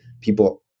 people